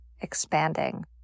expanding